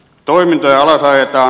toimintoja alasajetaan